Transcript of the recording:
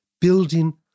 building